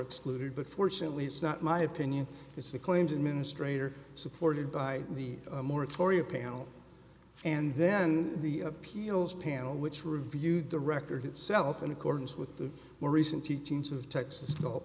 excluded but fortunately it's not my opinion it's a claims administrator supported by the moratoria panel and then the appeals panel which reviewed the record itself in accordance with the more recent teachings of texas gulf